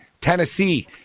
Tennessee